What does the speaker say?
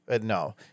no